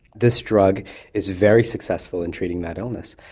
this drug is very successful in treating that illness.